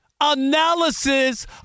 analysis